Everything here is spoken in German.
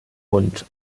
und